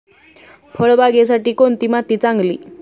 फळबागेसाठी कोणती माती चांगली?